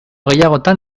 gehiagotan